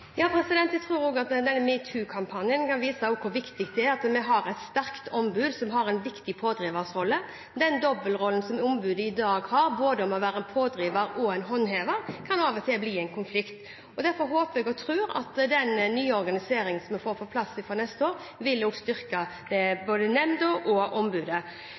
Jeg tror også at denne #metoo-kampanjen viser hvor viktig det er at vi har et sterkt ombud som har en viktig pådriverrolle. Den dobbeltrollen som ombudet har i dag, å være både en pådriver og en håndhever, kan av og til bli en konflikt. Derfor håper og tror jeg at den nye organiseringen som vi får på plass fra neste år, vil styrke både nemnda og ombudet.